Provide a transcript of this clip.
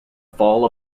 fall